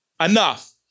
enough